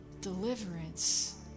deliverance